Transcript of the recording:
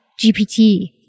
GPT